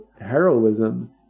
heroism